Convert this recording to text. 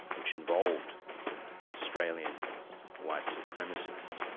which involved an australian white supremacist